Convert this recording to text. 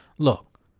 Look